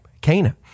Cana